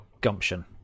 gumption